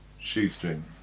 Shoestring